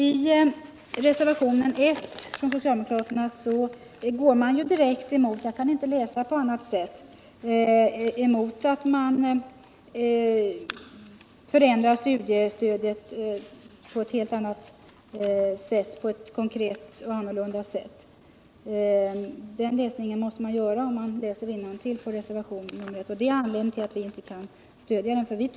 I reservationen 1 från socialdemokraterna går man direkt emot att vi förändrar studiestödet på ett konkret och annorlunda sätt. Den uppfattningen måste man komma fram till om man läser innantill. Och det är anledningen till att vi inte kan stödja reservationen.